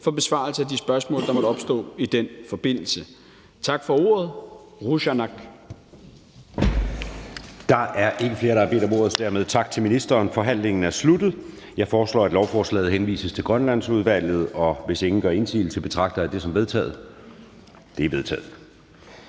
for en besvarelse af de spørgsmål, der måtte opstå i den forbindelse. Tak for ordet. Qujanaq. Kl. 09:14 Anden næstformand (Jeppe Søe): Der er ikke flere, der har bedt om ordet, så dermed tak til ministeren. Forhandlingen er sluttet. Jeg foreslår, at lovforslaget henvises til Grønlandsudvalget. Hvis ingen gør indsigelse, betragter jeg det som vedtaget. Det er vedtaget.